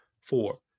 Four